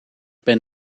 ben